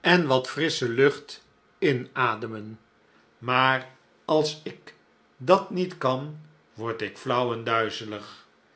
en wat frissche lucht inademen maar als ik dat niet kan word ik flauw en duizelig